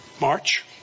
March